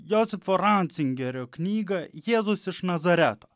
josifo racingerio knygą jėzus iš nazareto